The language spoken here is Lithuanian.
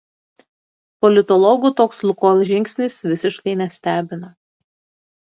politologų toks lukoil žingsnis visiškai nestebina